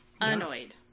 Annoyed